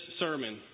sermon